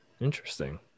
Interesting